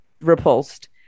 repulsed